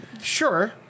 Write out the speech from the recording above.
Sure